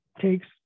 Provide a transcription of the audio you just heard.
takes